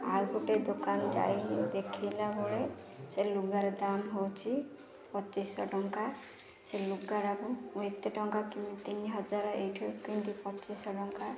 ଆଉ ଗୋଟିଏ ଦୋକାନ ଯାଇ ଦେଖିଲା ବେଳେ ସେ ଲୁଗାର ଦାମ୍ ହେଉଛି ପଚିଶଶହ ଟଙ୍କା ସେ ଲୁଗାଟାକୁ ଏତେ ଟଙ୍କା କିତି ତିନି ହଜାର ଏଇଠି କେମିତି ପଚିଶଶହ ଟଙ୍କା